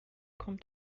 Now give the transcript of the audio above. kommt